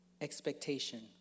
expectation